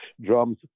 drums